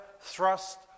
thrust